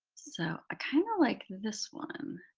so ah kind of like this one.